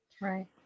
Right